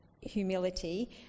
humility